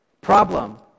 Problem